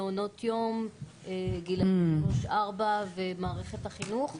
מעונות יום לגילאי 3-4 ומערכת החינוך.